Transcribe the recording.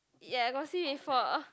ya I got see before